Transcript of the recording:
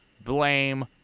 blame